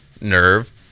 Nerve